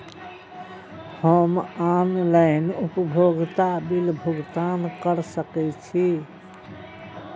हम ऑनलाइन उपभोगता बिल भुगतान कर सकैछी?